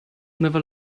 never